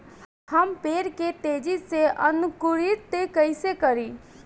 हम पेड़ के तेजी से अंकुरित कईसे करि?